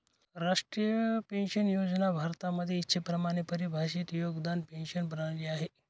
राष्ट्रीय पेन्शन योजना भारतामध्ये इच्छेप्रमाणे परिभाषित योगदान पेंशन प्रणाली आहे